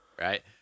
right